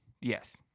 Yes